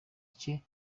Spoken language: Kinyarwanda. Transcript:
cye